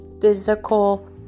physical